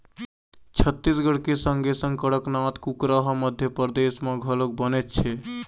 छत्तीसगढ़ के संगे संग कड़कनाथ कुकरा ह मध्यपरदेस म घलोक बनेच हे